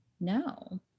no